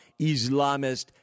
Islamist